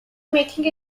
making